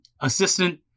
assistant